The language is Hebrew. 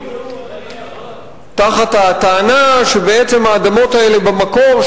בטענה שהאדמות האלה במקור,